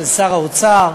של שר האוצר